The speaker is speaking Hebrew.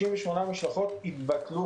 98 משלחות התבטלו